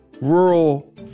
rural